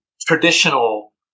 traditional